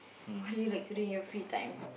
what do you like to do in your free time